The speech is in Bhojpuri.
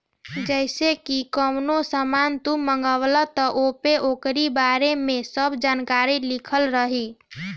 जइसे की कवनो सामान तू मंगवल त ओपे ओकरी बारे में सब जानकारी लिखल रहि